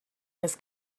his